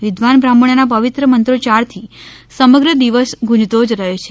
વિદ્વાન બ્રાહણોના પવિત્ર મંત્રોચ્યારથી સમગ્ર દિવસ ગુંજતો જ રહે છે